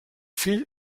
fill